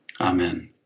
amen